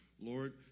Lord